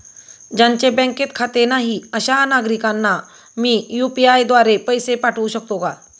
ज्यांचे बँकेत खाते नाही अशा नागरीकांना मी यू.पी.आय द्वारे पैसे पाठवू शकतो का?